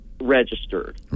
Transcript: registered